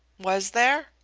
was there?